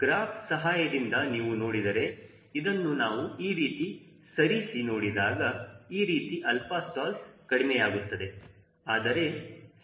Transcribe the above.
graph ಸಹಾಯದಿಂದ ನೀವು ನೋಡಿದರೆ ಇದನ್ನು ನಾವು ಈ ರೀತಿ ಸರಿಸಿ ನೋಡಿದಾಗ ಈ ರೀತಿ αstall ಕಡಿಮೆಯಾಗುತ್ತದೆ